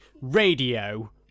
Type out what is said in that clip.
Radio